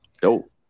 dope